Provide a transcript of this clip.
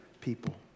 people